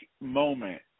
moment